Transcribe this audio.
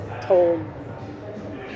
told